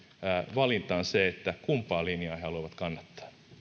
valittavaksi se kumpaa linjaa he haluavat kannattaa